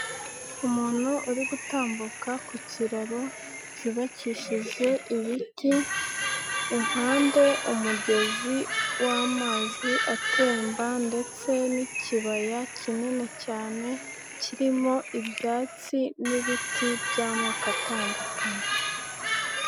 Umuntu uri gutambuka ku kiraro, cyubakishije ibiti, impande, umugezi w'amazi, atemba ndetse n'ikibaya kinini cyane, kirimo ibyatsi n'ibiti by'amoko atandukanye.